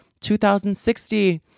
2060